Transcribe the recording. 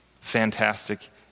Fantastic